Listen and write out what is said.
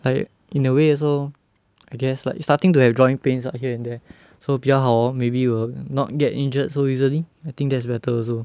like in a way also I guess like starting to have joint pains ah here and there so 比较好 lor maybe you will not get injured so easily I think that's better also